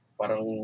parang